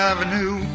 Avenue